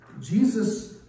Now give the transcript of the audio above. Jesus